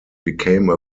became